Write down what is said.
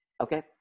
okay